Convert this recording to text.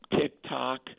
TikTok